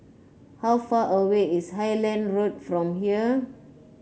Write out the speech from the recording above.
how far away is Highland Road from here